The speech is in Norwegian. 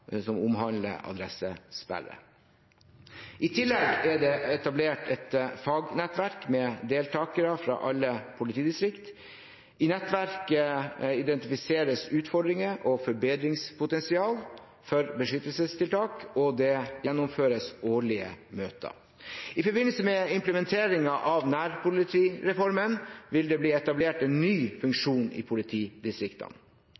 som omhandler adressesperre. I tillegg er det etablert et fagnettverk med deltakere fra alle politidistrikt. I nettverket identifiseres utfordringer og forbedringspotensial for beskyttelsestiltak, og det gjennomføres årlige møter. I forbindelse med implementeringen av nærpolitireformen vil det bli etablert en ny